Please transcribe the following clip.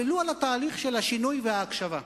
ולו על התהליך של השינוי וההקשבה.